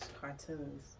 cartoons